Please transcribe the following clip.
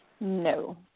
No